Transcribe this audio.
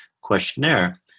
questionnaire